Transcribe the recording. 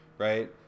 Right